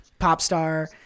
Popstar